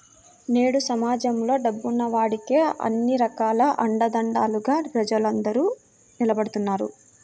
నేడు సమాజంలో డబ్బున్న వాడికే అన్ని రకాల అండదండలుగా ప్రజలందరూ నిలబడుతున్నారు